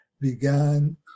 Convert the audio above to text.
began